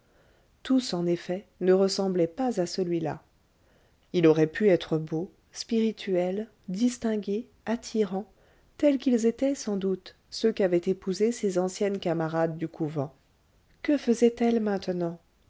tous en effet ne ressemblaient pas à celui-là il aurait pu être beau spirituel distingué attirant tels qu'ils étaient sans doute ceux qu'avaient épousés ses anciennes camarades du couvent que faisaient elles maintenant